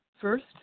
First